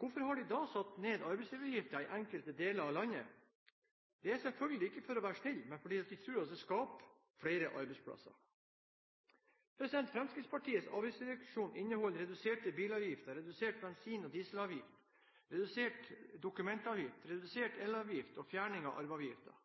hvorfor har de da satt ned arbeidsgiveravgiften i enkelte deler av landet? Det er selvfølgelig ikke for å være snill, men fordi de tror at det skaper flere arbeidsplasser. Fremskrittspartiets avgiftsreduksjoner inneholder reduserte bilavgifter, redusert bensin- og dieselavgift, redusert dokumentavgift, redusert elavgift og fjerning av arveavgiften.